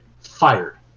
fired